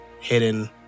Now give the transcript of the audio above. Hidden